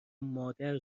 مادر